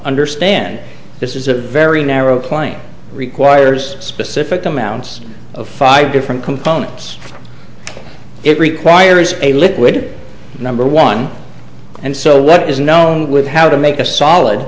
understand this is a very narrow claim requires specific amounts of five different components it requires a liquid number one and so what is known with how to make a solid